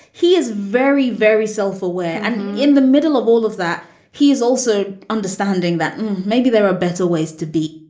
he is very very self aware and in the middle of all of that he is also understanding that maybe there are better ways to be